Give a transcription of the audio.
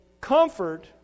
comfort